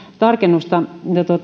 tarkennusta